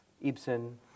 Ibsen